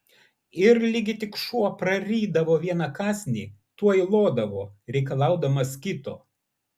ir ligi tik šuo prarydavo vieną kąsnį tuoj lodavo reikalaudamas kito